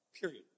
Period